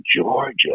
Georgia